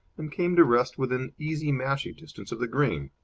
and came to rest within easy mashie distance of the green.